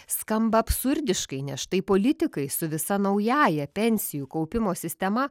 skamba absurdiškai nes štai politikai su visa naująja pensijų kaupimo sistema